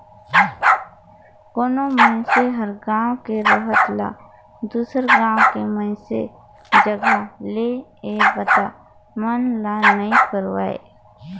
कोनो मइनसे हर गांव के रहत ल दुसर गांव के मइनसे जघा ले ये बता मन ला नइ करवाय